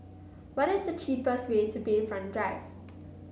what is the cheapest way to Bayfront Drive